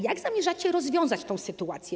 Jak zamierzacie rozwiązać tę sytuację?